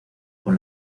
con